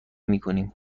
میکنیم